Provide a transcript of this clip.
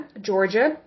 Georgia